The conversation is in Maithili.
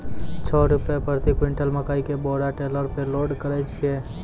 छह रु प्रति क्विंटल मकई के बोरा टेलर पे लोड करे छैय?